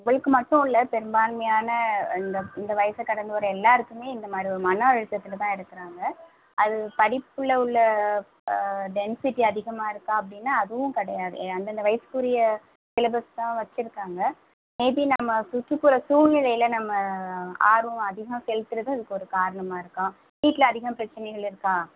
உங்களுக்கு மட்டும் இல்லை பெரும்பான்மையான இந்த இந்த வயசை கடந்து வர்ற எல்லோருக்குமே இந்தமாதிரி ஒரு மன அழுத்தத்தில் தான் இருக்கிறாங்க அது படிப்பில் உள்ள டென்சிட்டி அதிகமா இருக்கா அப்படின்னா அதுவும் கிடையாது அந்தந்த வயதுக்குரிய சிலபஸ் தான் வெச்சிருக்காங்க மேபி நம்ம சுற்றுப்புற சூழ்நிலையில் நம்ம ஆர்வம் அதிகம் செலுத்துகிறது அதுக்கு ஒரு காரணமாக இருக்கும் வீட்டில் அதிகம் பிரச்சனைகள் இருக்கா